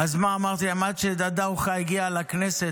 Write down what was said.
אז אמרתי להם: עד שדאדא אוכא הגיע לכנסת,